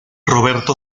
roberto